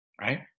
right